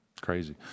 crazy